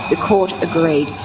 the court agreed.